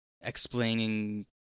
explaining